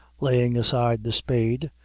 laying aside the spade,